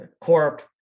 Corp